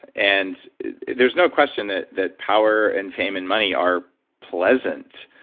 and there's no question that that power and fame and money are pleasant.